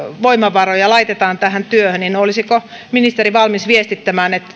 voimavaroja laitetaan tähän työhön niin olisiko ministeri valmis viestittämään että